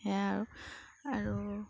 সেয়া আৰু আৰু